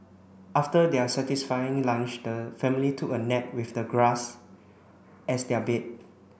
after their satisfying lunch the family took a nap with the grass as their bed